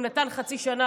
הוא נתן חצי שנה,